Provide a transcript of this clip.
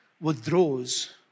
withdraws